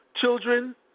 children